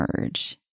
merge